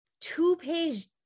two-page